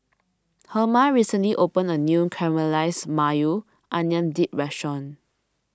Herma recently opened a new Caramelized Maui Onion Dip restaurant